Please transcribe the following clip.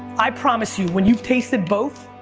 i promise you when you've tasted both,